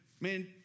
man